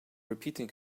repeating